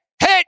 hit